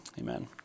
Amen